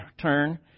turn